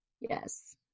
Yes